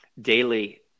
daily